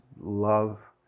love